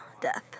death